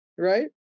Right